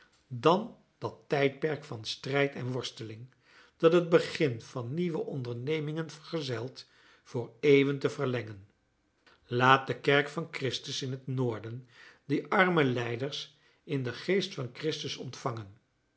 dan dat tijdperk van strijd en worsteling dat het begin van nieuwe ondernemingen vergezelt voor eeuwen te verlengen laat de kerk van christus in het noorden die arme lijders in den geest van christus ontvangen